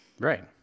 Right